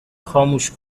خاموش